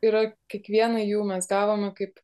yra kiekvieną jų mes gavome kaip